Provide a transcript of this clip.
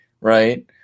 right